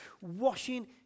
washing